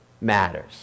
matters